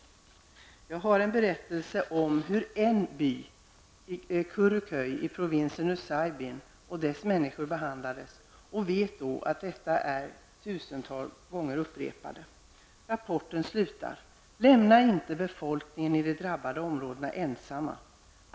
Jag har en berättelse om hur en by, Kuruköy i provinsen Nüsaybin, och dess människor behandlades och vet att detta har upprepats tusentals gånger. Rapporten slutar: Lämna inte befolkningen i de drabbade områdena ensam!